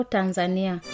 Tanzania